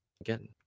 Again